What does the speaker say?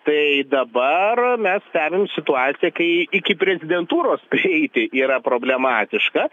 tai dabar mes stebim situaciją kai iki prezidentūros prieiti yra problematiška